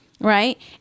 right